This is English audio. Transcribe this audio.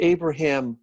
Abraham